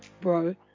bro